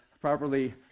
properly